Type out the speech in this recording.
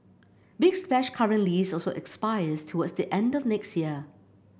big Splash's current lease also expires towards the end of next year